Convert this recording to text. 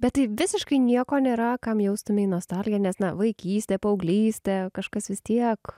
bet tai visiškai nieko nėra kam jaustumei nostalgiją nes na vaikystė paauglystė kažkas vis tiek